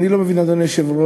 אני לא מבין, אדוני היושב-ראש,